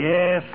Yes